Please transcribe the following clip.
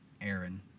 Aaron